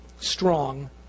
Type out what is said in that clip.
strong